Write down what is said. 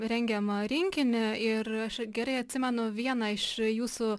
rengiamą rinkinį ir aš gerai atsimenu vieną iš jūsų